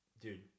Dude